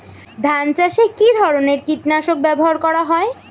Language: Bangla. ধান চাষে কী ধরনের কীট নাশক ব্যাবহার করা হয়?